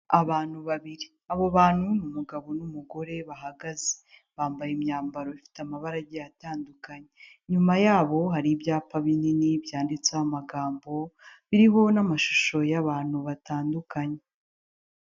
Abantu babiri. Abo bantu ni umugabo n'umugore bahagaze. Bambaye imyambaro ifite amabara agiye atandukanye. Inyuma yabo hari ibyapa binini byanditseho amagambo, biriho n'amashusho y'abantu batandukanye.